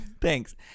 Thanks